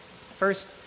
First